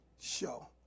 Show